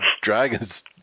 Dragons